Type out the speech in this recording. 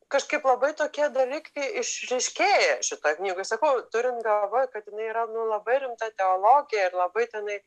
kažkaip labai tokie dalykai išryškėja šitoj knygoj sakau turint galvoj kad jinai yra labai rimta teologija ir labai tenai